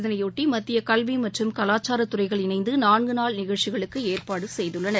இதையொட்டி மத்திய கல்வி மற்றும் கலாச்சாரத்துறைகள் இணைந்து நான்குநாள் நிகழ்ச்சிக்கு ஏற்பாடு செய்துள்ளன